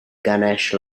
ganesh